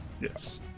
yes